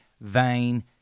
Vain